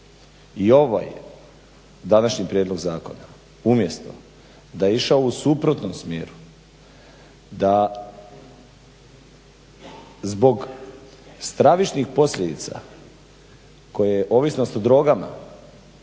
i ovaj današnji prijedlog zakona umjesto da je išao u suprotnom smjeru, da zbog stravičnih posljedica koje ovisnost o drogama